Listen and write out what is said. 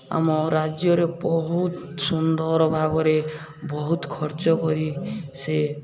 ଆମ ରାଜ୍ୟରେ ବହୁତ ସୁନ୍ଦର ଭାବରେ ବହୁତ ଖର୍ଚ୍ଚ କରି ସେ